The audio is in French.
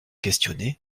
questionnaient